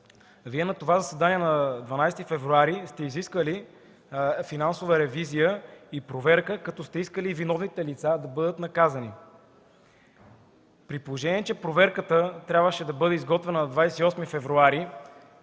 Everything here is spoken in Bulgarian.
лв. На това заседание на 12 февруари Вие сте изискали финансова ревизия и проверка, като сте искали и виновните лица да бъдат наказани. Проверката трябваше да бъде изготвена до 28 февруари,